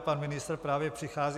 Pan ministr právě přichází.